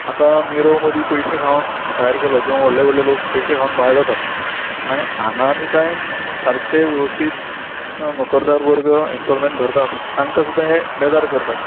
आतां निरव मोदी पयशे खावन भायर गेलो किंवां व्हडले व्हडले लोक पयशे खावन भायर वतात आनी हांगा आमी कांय सारकें वेवस्थीत नोकरदार वर्ग इन्स्टोलमेन्ट भरतात तांका सुद्दां हे बेजार करतात